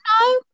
no